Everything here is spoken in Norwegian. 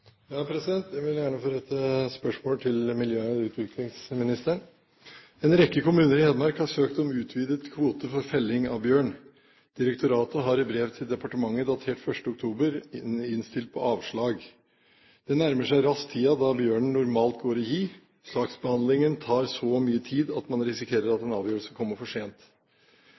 Jeg har rettet dette spørsmålet til miljø- og utviklingsministeren: «En rekke kommuner i Hedmark har søkt om utvidet kvote for felling av bjørn. Direktoratet har i brev til departementet, datert 1. oktober, innstilt på avslag. Det nærmer seg raskt tiden da bjørn «normalt går i hi». Saksbehandlingen tar så mye tid at man risikerer at en avgjørelse kommer for sent.